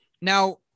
Now